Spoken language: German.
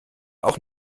auch